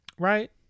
right